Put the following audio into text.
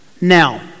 Now